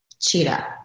cheetah